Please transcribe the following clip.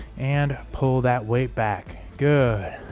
and pull that weight back good